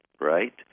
right